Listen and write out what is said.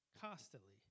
constantly